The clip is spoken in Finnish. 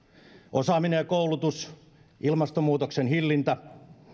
osaaminen ja koulutus ilmastonmuutoksen hillintä